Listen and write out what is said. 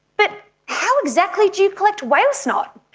but how exactly do you collect whale snot?